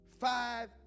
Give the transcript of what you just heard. Five